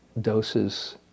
doses